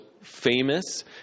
famous